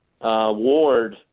ward